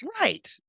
right